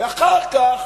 ואחר כך